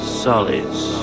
solids